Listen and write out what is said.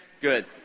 Good